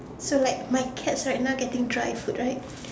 so like my cats right now getting dry food right